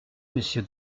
monsieur